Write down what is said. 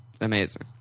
amazing